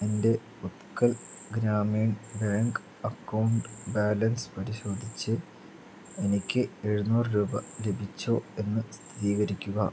എൻ്റെ Utkal Grameen bank account balance പരിശോധിച്ച് എനിക്ക് എഴുന്നൂറ് രൂപ ലഭിച്ചോ എന്ന് സ്ഥിരീകരിക്കുക